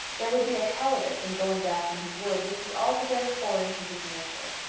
there would be a cowardice in going back from his word which was altogether foreign to his nature.